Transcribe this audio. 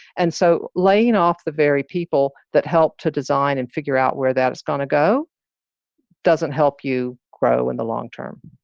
and so laying off the very people that helped to design and figure out where that is going to go doesn't help you grow in the long term.